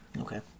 Okay